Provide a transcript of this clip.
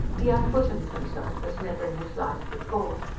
he unbosomed himself as never in his life before.